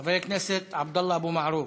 חבר הכנסת עבדאללה אבו מערוף,